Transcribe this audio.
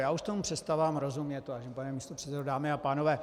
Já už tomu přestávám rozumět, vážený pane místopředsedo, dámy a pánové.